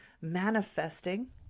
manifesting